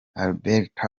albert